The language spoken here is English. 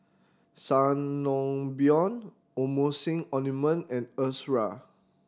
Sangobion Emulsying Ointment and Ezerra